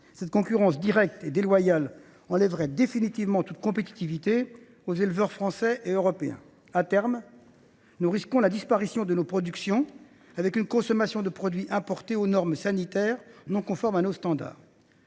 Cette concurrence directe et déloyale enlèverait définitivement toute compétitivité aux éleveurs français et européens. À terme, nous risquons la disparition de nos productions, au profit d’une consommation de produits importés aux normes sanitaires non conforme à nos standards.